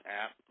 app